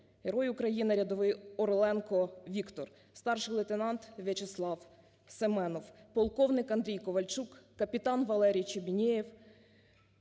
Герой України рядовий Орленко Віктор, старший лейтенант В'ячеслав Семенов, полковник Андрій Ковальчук, капітан Валерій Чибінєєв,